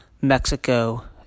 Mexico